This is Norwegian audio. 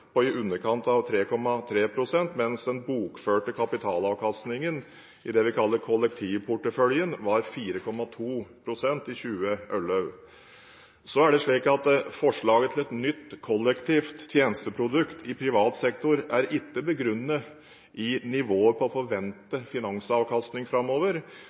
i underkant av 3,3 pst., mens den bokførte kapitalavkastningen i det man kaller kollektivporteføljen var 4,2 pst. i 2011. Forslaget til et nytt kollektivt tjenesteprodukt i privat sektor er ikke begrunnet i nivået på forventet finansavkastning framover.